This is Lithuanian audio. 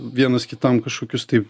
vienas kitam kažkokius tai